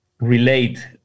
relate